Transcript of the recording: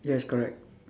yes correct